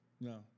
No